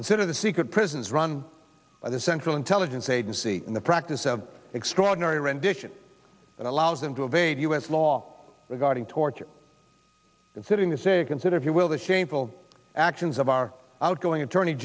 consider the secret prisons run by the central intelligence agency in the practice of extraordinary rendition that allows him to evade u s law regarding torture considering this a consider if you will the shameful actions of our outgoing attorney